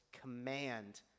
command